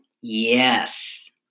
yes